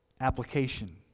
application